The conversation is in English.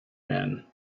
man